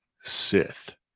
Sith